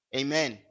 amen